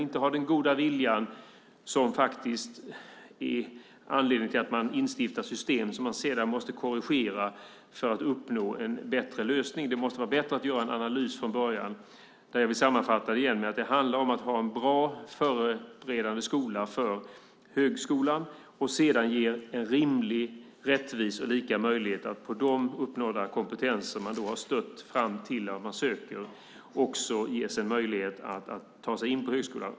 Det är den goda viljan som är anledningen till att man har instiftat ett system som man sedan måste korrigera för att få en bättre lösning. Det måste vara bättre att göra en analys från början. Det handlar om att ha en bra förberedande skola för högskolan och sedan ge en rimlig, rättvis och lika möjlighet att på den kompetens man uppnått tills man söker ges möjlighet att ta sig in på högskolan.